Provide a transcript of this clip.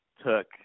took